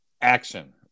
Action